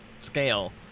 scale